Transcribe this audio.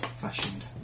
fashioned